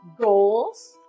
goals